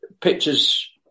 pictures